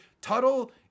Tuttle